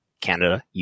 Canada